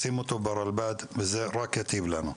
שימו אותו ברלב"ד וזה רק ייטיב לנו.